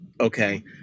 okay